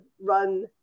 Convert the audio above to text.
run